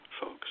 folks